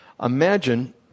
imagine